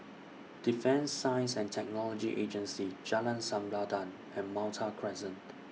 Defence Science and Technology Agency Jalan Sempadan and Malta Crescent